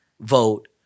vote